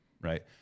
right